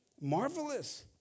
Marvelous